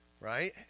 right